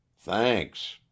thanks